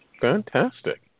Fantastic